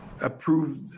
approved